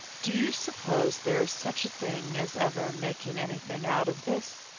do you suppose there is such a thing as ever making anything out of this?